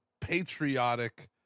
patriotic